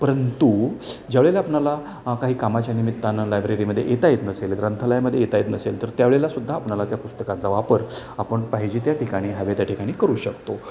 परंतु ज्यावळेला आपणाला काही कामाच्या निमित्तानं लायब्ररीमध्ये येता येत नसेल ग्रंथलयामध्ये येता येत नसेल तर त्यावेळेलासुद्धा आपल्याला त्या पुस्तकाचा वापर आपण पाहिजे त्या ठिकाणी हवे त्या ठिकाणी करू शकतो